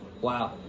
Wow